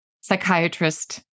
psychiatrist